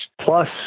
plus